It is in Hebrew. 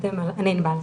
אני ענבל,